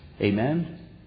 Amen